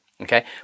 okay